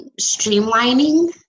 streamlining